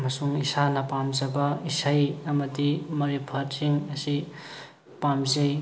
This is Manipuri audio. ꯑꯃꯁꯨꯡ ꯏꯁꯥꯅ ꯄꯥꯝꯖꯕ ꯏꯁꯩ ꯑꯃꯗꯤ ꯃꯥꯔꯤꯐꯥꯠꯁꯤꯡ ꯑꯁꯤ ꯄꯥꯃꯖꯩ